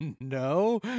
No